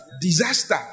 Disaster